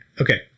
okay